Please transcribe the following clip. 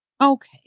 Okay